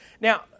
Now